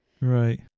Right